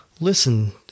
listen